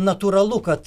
natūralu kad